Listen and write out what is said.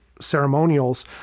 ceremonials